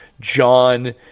John